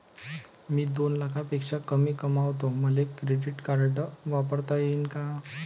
मी दोन लाखापेक्षा कमी कमावतो, मले क्रेडिट कार्ड वापरता येईन का?